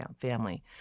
family